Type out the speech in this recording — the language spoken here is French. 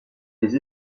des